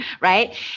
right